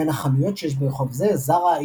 בין החנויות שיש ברחוב זה זארה,